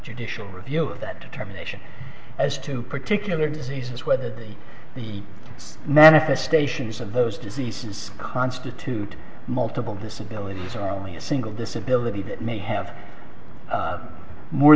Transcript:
judicial review that determination as to particular disease is whether the manifestations of those diseases constitute multiple disabilities or only a single disability that may have more